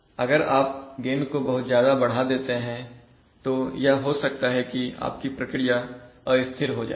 अगर आप गेन को बहुत ज्यादा बढ़ा देते हैं तो यह हो सकता है कि आपकी प्रक्रिया अस्थिर हो जाए